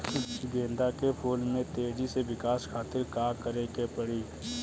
गेंदा के फूल में तेजी से विकास खातिर का करे के पड़ी?